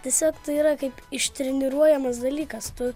tiesiog tai yra kaip ištreniruojamas dalykas tu